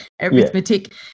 arithmetic